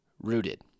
rooted